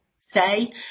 say